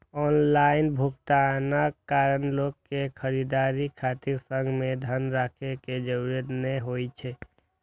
online भुगतानक कारण लोक कें खरीदारी खातिर संग मे धन राखै के जरूरत नै होइ छै